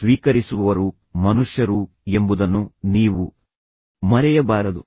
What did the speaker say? ಸ್ವೀಕರಿಸುವವರು ಮನುಷ್ಯರು ಎಂಬುದನ್ನು ನೀವು ಮರೆಯಬಾರದು